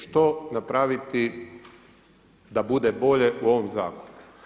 Što napraviti da bude bolje u ovom Zakonu.